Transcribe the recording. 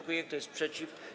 Kto jest przeciw?